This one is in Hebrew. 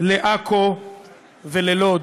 לעכו וללוד.